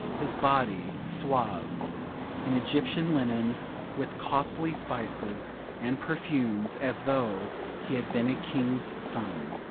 his body swathed in egyptian linen with costly spices and perfumes as though he had been a king's son.